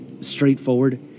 straightforward